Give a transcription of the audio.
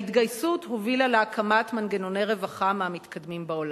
ההתגייסות הובילה להקמת מנגנוני רווחה מהמתקדמים בעולם.